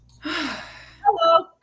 Hello